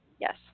Yes